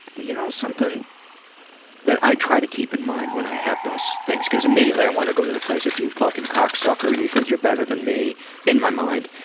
you know, something that i try to keep in mind when i have those things, because immediately, i want to go the place of you fuckin cocksucker. you think you're better than me' in my mind.